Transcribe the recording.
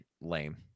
lame